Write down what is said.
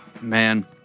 Man